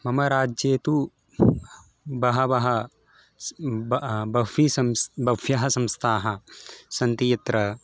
मम राज्ये तु बहवः बह्वी संस् बह्व्यः संस्थाः सन्ति यत्र